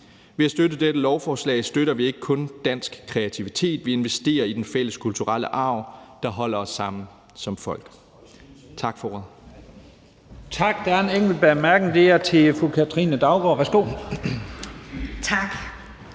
Ved at støtte dette lovforslag støtter vi ikke kun dansk kreativitet, men vi investerer også i den fælles kulturelle arv, der holder os sammen som folk. Tak for ordet. Kl. 11:30 Første næstformand (Leif Lahn Jensen): Tak.